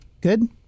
Good